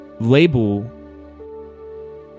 label